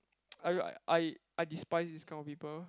I I I despise this kind of people